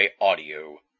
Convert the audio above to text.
Audio